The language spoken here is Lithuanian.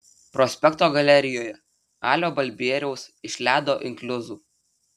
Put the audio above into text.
prospekto galerijoje alio balbieriaus iš ledo inkliuzų